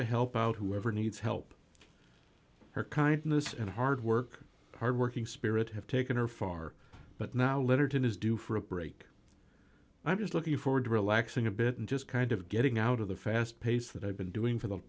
to help out whoever needs help her kindness and hard work hard working spirit have taken her far but now letter to his due for a break i'm just looking forward to relaxing a bit and just kind of getting out of the fast pace that i've been doing for the